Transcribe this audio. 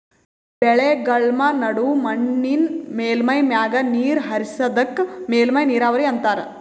ಬೆಳೆಗಳ್ಮ ನಡು ಮಣ್ಣಿನ್ ಮೇಲ್ಮೈ ಮ್ಯಾಗ ನೀರ್ ಹರಿಸದಕ್ಕ ಮೇಲ್ಮೈ ನೀರಾವರಿ ಅಂತಾರಾ